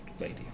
lady